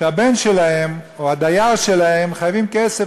שהבן שלהם או הדייר שלהם חייב כסף